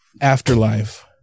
afterlife